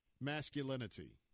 Masculinity